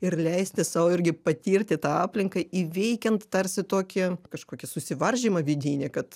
ir leisti sau irgi patirti tą aplinką įveikiant tarsi tokį kažkokį susivaržymą vidinį kad